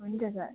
हुन्छ सर